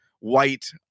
White